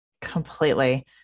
completely